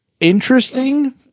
interesting